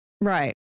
Right